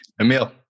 Emil